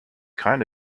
kind